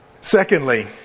Secondly